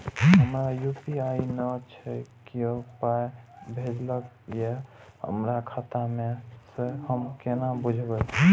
हमरा यू.पी.आई नय छै कियो पाय भेजलक यै हमरा खाता मे से हम केना बुझबै?